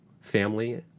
family